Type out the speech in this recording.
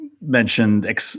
mentioned